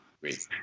great